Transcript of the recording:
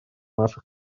наших